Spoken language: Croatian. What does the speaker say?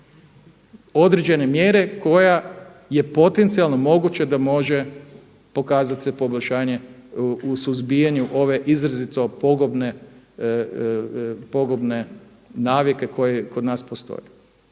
određene mjere koja je potencijalno moguća da može pokazat se poboljšanje u suzbijanju ove izrazito pogubne navike koje kod nas postoje.